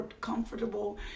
comfortable